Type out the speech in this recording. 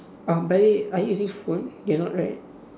uh bhai are you using phone you are not right